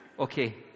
Okay